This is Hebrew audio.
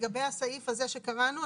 לגבי הסעיף הזה שקראנו,